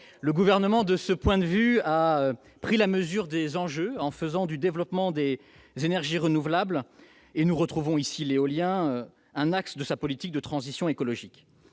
Le Gouvernement, de ce point de vue, a pris la mesure des enjeux, en faisant du développement des énergies renouvelables un axe de sa politique de transition écologique.